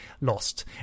lost